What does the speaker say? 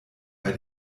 bei